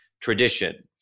tradition